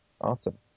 awesome